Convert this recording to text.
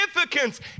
significance